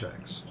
checks